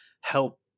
help